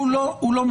הוא לא מחוסן.